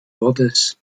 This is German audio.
mordes